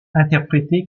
interprété